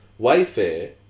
Wayfair